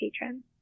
patrons